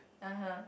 (uh huh)